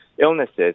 illnesses